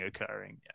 occurring